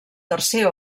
tercer